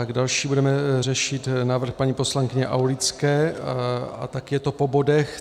Další budeme řešit návrh paní poslankyně Aulické a taky je to po bodech.